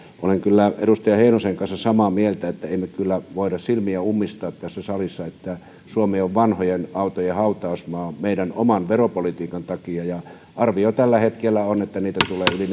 olen kyllä edustaja heinosen kanssa samaa mieltä siitä että emme kyllä voi silmiä ummistaa tässä salissa siltä että suomi on vanhojen autojen hautausmaa meidän oman veropolitiikkamme takia arvio tällä hetkellä on että vanhoja autoja tulee yli